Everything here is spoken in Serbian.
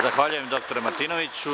Zahvaljujem dr Martinoviću.